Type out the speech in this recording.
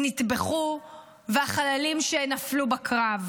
שנטבחו ועם החללים שנפלו בקרב.